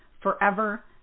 forever